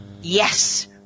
Yes